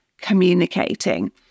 communicating